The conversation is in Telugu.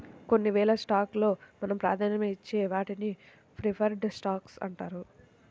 కొన్ని వేల స్టాక్స్ లో మనం ప్రాధాన్యతనిచ్చే వాటిని ప్రిఫర్డ్ స్టాక్స్ అంటారు